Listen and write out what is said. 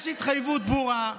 יש התחייבות ברורה,